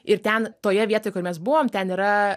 ir ten toje vietoj kur mes buvom ten yra